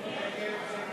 ההצעה